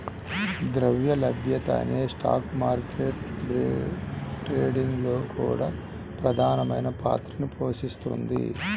ద్రవ్య లభ్యత అనేది స్టాక్ మార్కెట్ ట్రేడింగ్ లో కూడా ప్రధానమైన పాత్రని పోషిస్తుంది